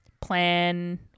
plan